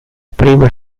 prima